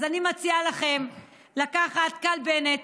אז אני מציעה לכם לקחת "קלבנט".